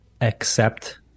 accept